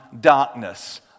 darkness